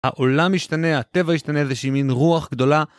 העולם השתנה, הטבע השתנה, איזושהי מין רוח גדולה.